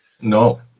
No